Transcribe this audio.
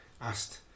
asked